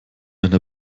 einer